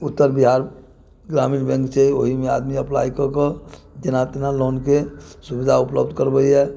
उत्तर बिहार ग्रामीण बैंक छै ओहीमे आदमी अप्लाइ कऽ कऽ जेना तेना लोनके सुविधा उपलब्ध करबैये